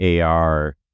AR